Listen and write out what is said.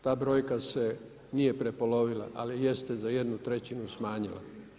Ta brojka se nije prepolovila ali jeste za 1/3 smanjila.